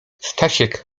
stasiek